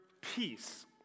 peace